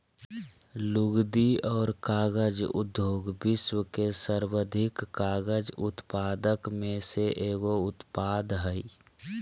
लुगदी और कागज उद्योग विश्व के सर्वाधिक कागज उत्पादक में से एगो उत्पाद हइ